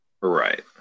Right